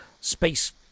space